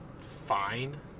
Fine